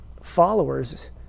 followers